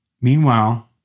Meanwhile